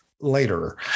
later